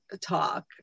talk